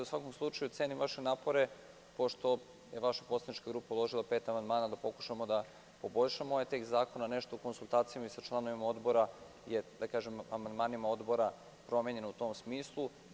U svakom slučaju, cenim vaše napore, pošto je vaša poslanička grupa uložila pet amandmana, da pokušamo da poboljšamo ovaj tekst zakona nešto konsultacijama i sa članovima Odbora, amandmanima Odbora promenjeno je u tom smislu.